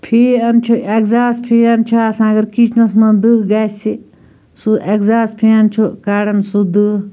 fan چھُ exhaust fan چھُ آسان اَگر کِچنَس منٛز دٕہ گژھہِ سُہ ایٚگزاس فین چھُ کڑان سُہ دٕہ